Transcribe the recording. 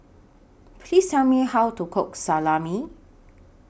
Please Tell Me How to Cook Salami